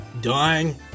dying